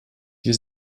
hier